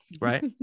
right